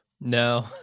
No